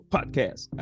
Podcast